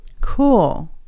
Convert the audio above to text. cool